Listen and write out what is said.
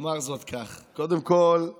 אומר זאת כך: קודם כול,